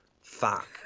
Fuck